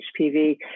HPV